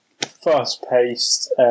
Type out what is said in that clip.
fast-paced